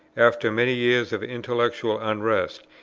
after many years of intellectual unrest,